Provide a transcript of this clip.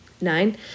nine